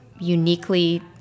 uniquely